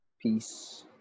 peace